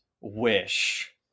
Wish